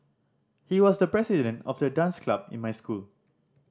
he was the president of the dance club in my school